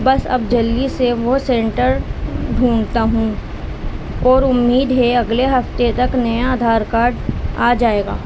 بس اب جلدی سے وہ سینٹر ڈھونڈتا ہوں اور امید ہے اگلے ہفتے تک نیا آدھار کارڈ آ جائے گا